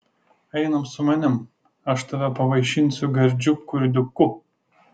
einam su manim aš tave pavaišinsiu gardžiu kurdiuku